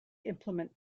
implement